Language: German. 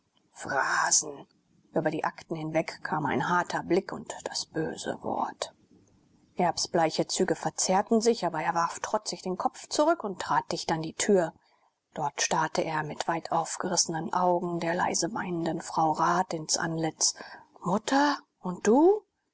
phrasen über die akten hinweg kam ein harter blick und das böse wort erbs bleiche züge verzerrten sich aber er warf trotzig den kopf zurück und trat dicht an die tür dort starrte er mit weit aufgerissenen augen der leise weinenden frau rat ins antlitz mutter und du